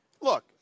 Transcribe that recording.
look